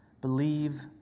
Believe